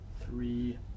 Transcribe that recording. three